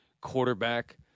quarterback